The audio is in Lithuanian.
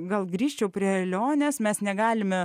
gal grįžčiau prie kelionės mes negalime